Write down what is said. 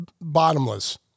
bottomless